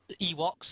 Ewoks